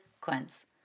Quince